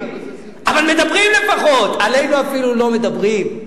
אבל מדברים לפחות, עלינו אפילו לא מדברים.